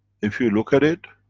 if you look at it,